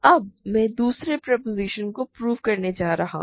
अब मैं दूसरा प्रोपोज़िशन प्रूव करने जा रहा हूँ